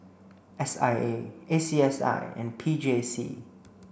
S I A A C S I and P J C